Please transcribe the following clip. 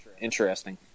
Interesting